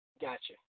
Gotcha